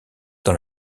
dans